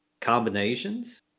combinations